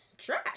Trash